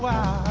wow!